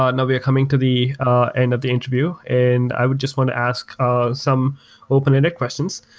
ah and we are coming to the end of the interview, and i would just want to ask ah some open-ended questions.